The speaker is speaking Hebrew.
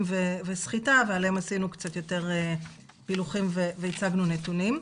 וסחיטה ועליהן עשינו קצת יותר פילוחים והצגנו נתונים.